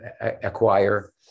acquire